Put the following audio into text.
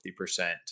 50%